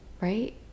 right